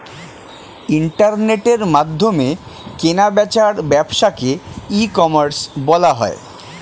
ইন্টারনেটের মাধ্যমে কেনা বেচার ব্যবসাকে ই কমার্স বলা হয়